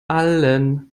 allen